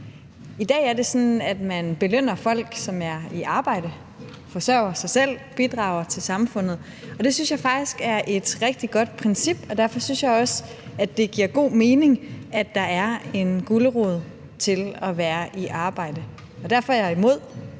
I dag er det sådan, at man belønner folk, som er i arbejde, forsørger sig selv, bidrager til samfundet, og det synes jeg faktisk er et rigtig godt princip, og derfor synes jeg også, det giver god mening, at der er en gulerod i forhold til at være i arbejde. Derfor er jeg imod,